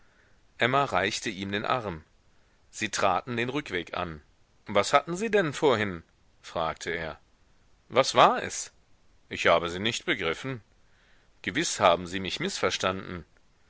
emma reichte ihm den arm sie traten den rückweg an was hatten sie denn vorhin fragte er was war es ich habe sie nicht begriffen gewiß haben sie mich mißverstanden